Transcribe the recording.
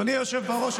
אדוני היושב בראש,